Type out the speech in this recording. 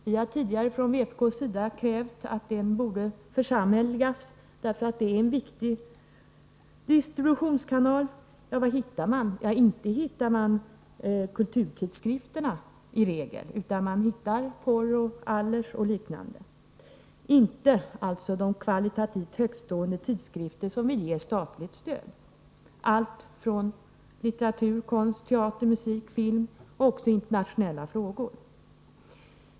Vi har från vpk tidigare krävt att Presam skall församhälleligas, därför att det är en viktig distributionskanal. Vad hittar man? Ja, inte hittar man kulturtidskrifterna. I regel hittar man porr samt Allers och liknande, inte de kvalitativt högtstående tidskrifter som erhåller statligt stöd och som handlar om allt från litteratur, konst, teater, musik och film till internationella frågor.